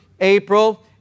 April